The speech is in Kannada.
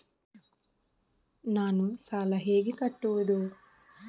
ನಾನು ಸಾಲ ಹೇಗೆ ಕಟ್ಟುವುದು?